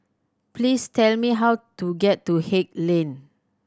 please tell me how to get to Haig Lane